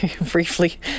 briefly